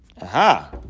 Aha